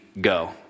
Go